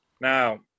Now